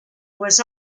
was